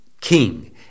king